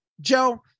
Joe